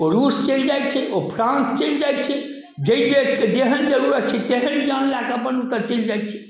ओ रूस चलि जाइ छै ओ फ़्रांस चलि जाइ छै जै देशके जेहन जरूरत छै तेहन ज्ञान लै कऽ अपन ओतऽ चलि जाइ छै